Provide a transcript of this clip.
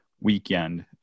weekend